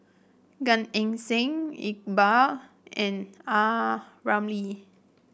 Gan Eng Seng Iqbal and Ah Ramli